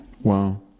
Wow